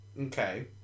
Okay